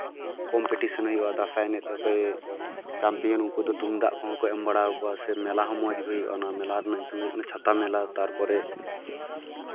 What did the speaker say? competition ᱦᱩᱭᱩᱜᱼᱟ ᱫᱸᱥᱟᱭ ᱮᱱᱮᱡ ᱛᱮ ᱚᱠᱚᱭ ᱪᱟᱢᱯᱤᱭᱚᱱ ᱩᱱᱠᱩ ᱫᱚ ᱛᱩᱢᱫᱟᱹᱜ ᱠᱚᱦᱚᱸ ᱠᱚ ᱮᱢ ᱵᱟᱲᱟᱣ ᱠᱚᱣᱟ ᱥᱮ ᱢᱮᱞᱟ ᱦᱚᱸ ᱢᱚᱡᱽ ᱜᱮ ᱦᱩᱭᱩᱜᱼᱟ ᱱᱚᱣᱟ ᱢᱮᱞᱟ ᱨᱮᱱᱟᱜ ᱧᱩᱛᱩᱢ ᱫᱚ ᱦᱩᱭᱩᱜ ᱠᱟᱱᱟ ᱪᱷᱟᱛᱟ ᱢᱮᱞᱟ ᱛᱟᱨᱯᱚᱨᱮ